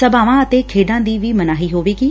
ਸਭਾਵਾ ਅਤੇ ਖੇਡਾ ਦੀ ਵੀ ਮਨਾਹੀ ਹੋਵੇਗੀ